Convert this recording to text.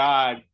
God